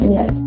Yes